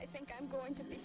i think i'm going to be